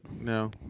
No